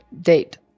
date